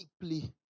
deeply